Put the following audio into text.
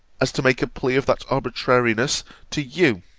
as to make a plea of that arbitrariness to you